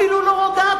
אפילו לא הודעתם.